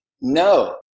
No